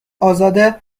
ازاده